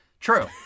true